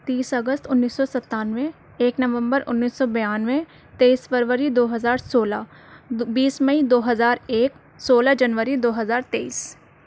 تیس اگست انیس سو ستانوے ایک نومبر انیس سو بیانوے تیئس فروری دو ہزار سولہ بیس مئی دو ہزار ایک سولہ جنوری دو ہزار تیئس